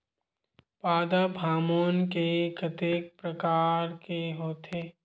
पादप हामोन के कतेक प्रकार के होथे?